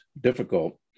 difficult